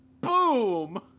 Boom